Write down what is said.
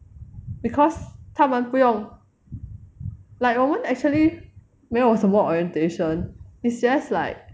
because 他们不用 like 我们 actually 没有什么 orientation it's just like